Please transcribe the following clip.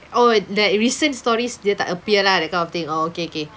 oh that recent stories dia tak appear lah that kind of thing okay okay